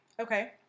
Okay